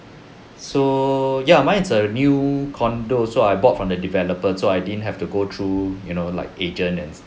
so ya mine is a new condo so I bought from the developer so I didn't have to go through you know like agents and